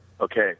Okay